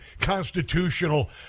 constitutional